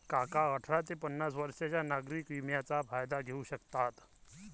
काका अठरा ते पन्नास वर्षांच्या नागरिक विम्याचा फायदा घेऊ शकतात